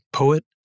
poet